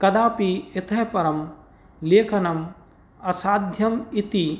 कदापि इतः परं लेखनम् असाध्यम् इति